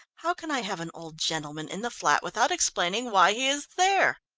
how can i have an old gentleman in the flat without explaining why he is there?